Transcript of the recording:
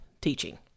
teaching